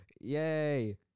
Yay